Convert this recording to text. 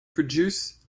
produce